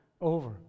over